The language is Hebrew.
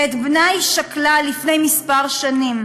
ואת בנה היא שכלה לפני כמה שנים,